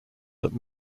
that